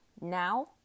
Now